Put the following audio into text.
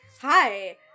Hi